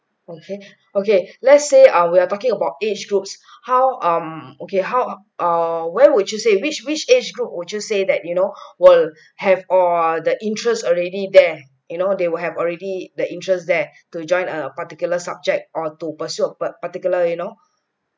okay okay let's say ah we're talking about age group how um okay how or where would you say which which age group would you say that you know we'll have all the interest already there you know they will have already the interest there to join a particular subject or to pursue a particular you know